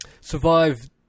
survive